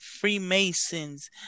Freemasons